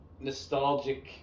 nostalgic